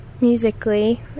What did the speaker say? musically